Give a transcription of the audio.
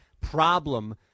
problem